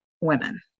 women